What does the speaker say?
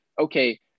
okay